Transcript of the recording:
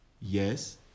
yes